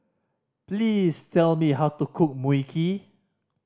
please tell me how to cook Mui Kee